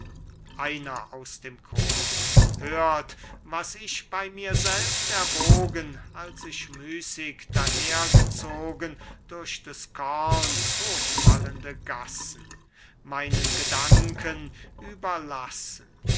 einer aus dem chor berengar hört was ich bei mir selbst erwogen als ich müßig daher gezogen durch des korus hochwallende gassen meinen gedanken überlassen